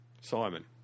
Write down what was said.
Simon